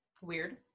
weird